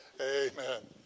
Amen